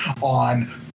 on